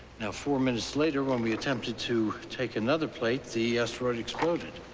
now, four minutes later when we attempted to take another plate the asteroid exploded.